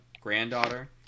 granddaughter